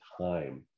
time